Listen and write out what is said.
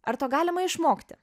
ar to galima išmokti